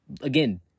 again